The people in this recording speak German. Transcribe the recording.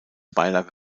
beilage